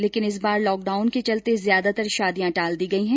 लेकिन इस बार लॉकडाउन के चलते ज्यादातर शादियां टाल दी गई हैं